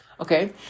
Okay